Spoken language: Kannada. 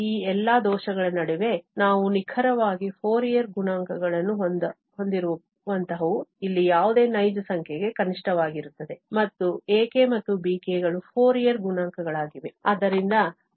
ಈ ಎಲ್ಲಾ ದೋಷಗಳ ನಡುವೆ ನಾವು ನಿಖರವಾಗಿ ಫೋರಿಯರ್ ಗುಣಾಂಕಗಳನ್ನು ಹೊಂದಿರುವಂತಹವು ಇಲ್ಲಿ ಯಾವುದೇ ನೈಜ ಸಂಖ್ಯೆಗೆ ಕನಿಷ್ಠವಾಗಿರುತ್ತದೆ ಮತ್ತು ak ಮತ್ತು bk ಗಳು ಫೋರಿಯರ್ ಗುಣಾಂಕಗಳಾಗಿವೆ